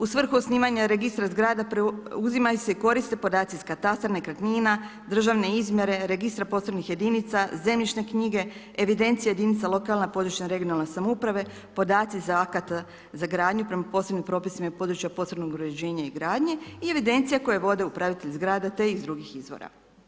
U svrhu osnivanja registra zgrada uzimaju se i koriste podaci iz katastra nekretnina, državne izmjene, registra posebnih jedinica, zemljišne knjige, evidencija jedinica lokalne i područne (regionalne) samouprave, podaci za ... gradnju prema posebnim propisima iz područja posebnog uređenja i gradnji i evidencija koju vodi upravitelj zgrada te iz drugih izvora.